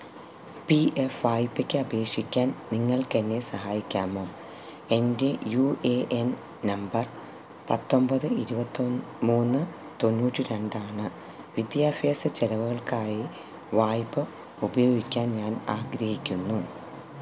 P F വായ്പയ്ക്ക് അപേക്ഷിക്കാൻ നിങ്ങൾക്കെന്നെ സഹായിക്കാമോ എന്റെ യു എ എൻ നമ്പർ പത്തൊൻപത് ഇരുപത്തൊ മൂന്ന് തൊണ്ണൂറ്റി രണ്ടാണ് വിദ്യാഭ്യാസ ചിലവുകൾക്കായി വായ്പ ഉപയോഗിക്കാൻ ഞാൻ ആഗ്രഹിക്കുന്നു